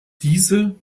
diese